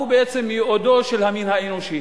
הוא בעצם ייעודו של המין האנושי.